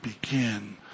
begin